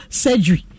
surgery